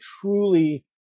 truly